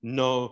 no